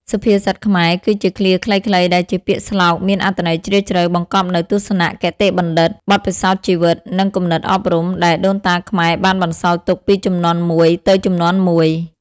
សុភាសិតខ្មែរ គឺជាឃ្លាខ្លីៗដែលជាពាក្យស្លោកមានអត្ថន័យជ្រាលជ្រៅ បង្កប់នូវទស្សនៈ គតិបណ្ឌិត បទពិសោធន៍ជីវិត និងគំនិតអប់រំ ដែលដូនតាខ្មែរបានបន្សល់ទុកពីជំនាន់មួយទៅជំនាន់មួយ។